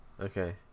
Okay